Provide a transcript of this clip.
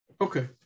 Okay